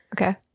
okay